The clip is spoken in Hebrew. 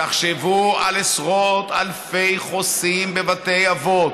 תחשבו על עשרות אלפי חוסים בבתי אבות,